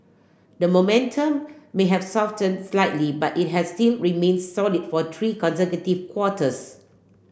the momentum may have softened slightly but it has still remained solid for three consecutive quarters